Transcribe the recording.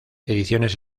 ediciones